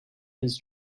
his